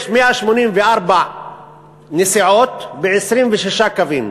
יש 184 נסיעות ב-26 קווים.